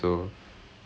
ah right